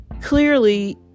Clearly